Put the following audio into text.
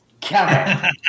Kevin